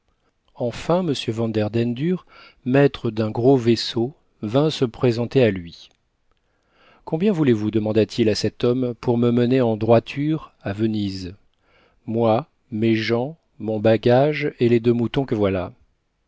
enfin m vanderdendur maître d'un gros vaisseau vint se présenter à lui combien voulez-vous demanda-t-il à cet homme pour me mener en droiture à venise moi mes gens mon bagage et les deux moutons que voilà